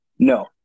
No